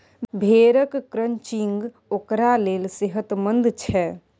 भेड़क क्रचिंग ओकरा लेल सेहतमंद छै